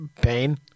pain